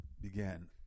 began